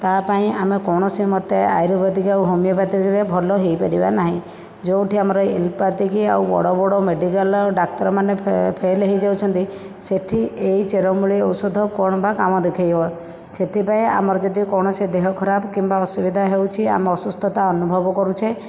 ତା ପାଇଁ ଆମେ କୌଣସି ମୋତେ ଆୟୁର୍ବେଦିକ ଆଉ ହୋମିଓପାଥିକରେ ଭଲ ହୋଇ ପାରିବା ନାହିଁ ଯେଉଁଠି ଆମର ଏଲପାତିକ ଆଉ ବଡ଼ ବଡ଼ ମେଡ଼ିକାଲର ଡାକ୍ତରମାନେ ଫେଫେଲ ହୋଇଯାଉଛନ୍ତି ସେଠି ଏଇ ଚେରମୂଳି ଔଷଧ କଣ ବା କାମ ଦେଖାଇବ ସେଥିପାଇଁ ଆମର ଯଦି କୌଣସି ଦେହ ଖରାପ କିମ୍ବା ଅସୁବିଧା ହେଉଛି ଆମେ ଅସୁସ୍ଥତା ଅନୁଭବ କରୁଛେ